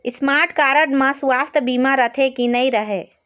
Smart card म सुवास्थ बीमा रथे की नई रहे?